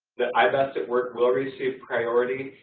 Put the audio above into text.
that i-best at work will receive priority,